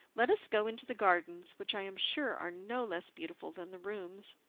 let us go into the gardens, which i am sure are no less beautiful than the rooms.